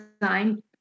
design